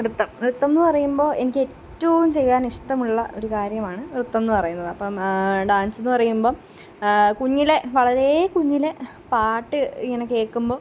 നൃത്തം നൃത്തം എന്ന് പറയുമ്പോൾ എനിക്ക് ഏറ്റവും ചെയ്യാൻ ഇഷ്ടമുള്ള ഒരു കാര്യമാണ് നൃത്തം എന്ന് പറയുന്നത് അപ്പം ഡാൻസെന്ന് പറയുമ്പം കുഞ്ഞിലേ വളരെ കുഞ്ഞിലെ പാട്ട് ഇങ്ങനെ കേൾക്കുമ്പോൾ